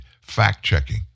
fact-checking